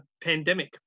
pandemic